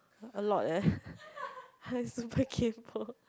a lot eh I super kaypoh